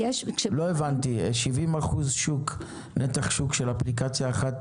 לא הבנתי, 70% נתח שוק של אפליקציה אחת